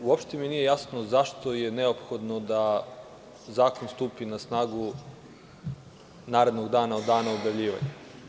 Uopšte mi nije jasno zašto je neophodno da zakon stupi na snagu narednog dana od dana objavljivanja?